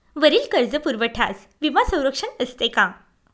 वरील कर्जपुरवठ्यास विमा संरक्षण असते का?